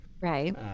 Right